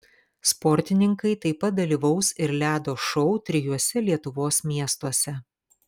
sportininkai taip pat dalyvaus ir ledo šou trijuose lietuvos miestuose